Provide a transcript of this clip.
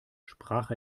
sprach